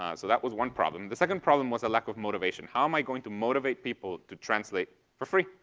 ah so that was one problem. the second problem was a lack of motivation. how am i going to motivate people to translate for free?